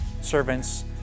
servants